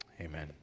Amen